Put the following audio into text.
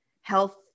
health